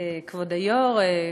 כבוד היושב-ראש,